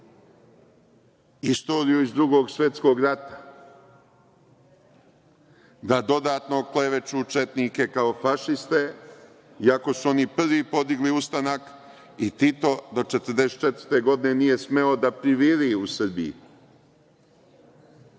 Istoriju iz Drugog svetskog rata, da dodatno okleveću četnike kao fašiste iako su oni prvi podigli ustanak i Tito do 1944. godine nije smeo da priviri u Srbiji,